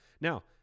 Now